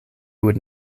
would